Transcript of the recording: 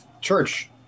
church